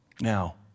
Now